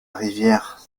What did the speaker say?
rivière